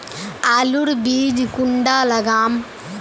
आलूर बीज कुंडा लगाम?